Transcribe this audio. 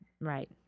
right